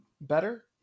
better